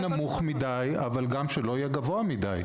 נמוך מידי אבל גם שלא יהיה גבוה מידי.